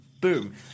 boom